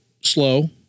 slow